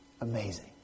Amazing